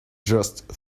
just